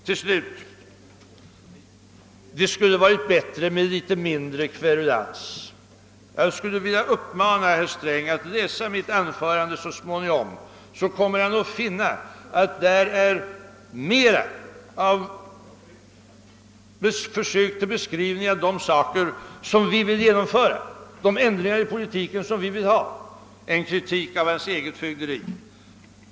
Till sist sade herr Sträng att det skulle ha varit bättre med litet mindre kverulans. Jag skulle vilja uppmana herr Sträng att läsa mitt anförande så småningom. Han kommer där att finna mera av försök till beskrivning av de ändringar i politiken, som vi vill genomföra, än av kritik av hans eget fögderi.